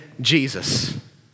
Jesus